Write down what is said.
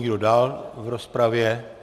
Kdo dál v rozpravě?